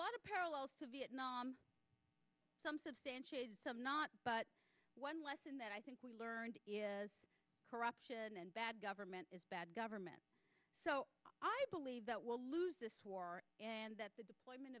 lot of parallels to vietnam some substantial some not but one lesson that i think we learned is corruption and bad government is bad government so i believe that we'll lose this war and that the deployment